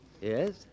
Yes